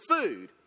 food